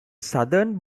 southern